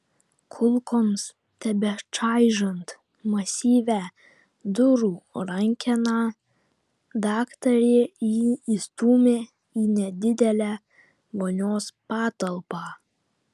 kulkoms tebečaižant masyvią durų rankeną daktarė jį įstūmė į nedidelę vonios patalpą